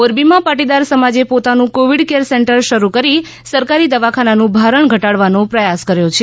મોરબીમાં પાટીદાર સમાજે પોતાનું કોવિડ કેર સેંટર શરૂ કરી સરકારી દવાખાનાનું ભારણ ઘટાડવાનો પ્રયાસ કર્યો છે